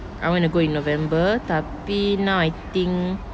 I wanna go in november tapi now I think